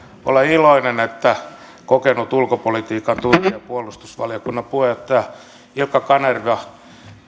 olen iloinen että kokenut ulkopolitiikan tuntija puolustusvaliokunnan puheenjohtaja ilkka kanerva